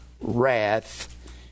wrath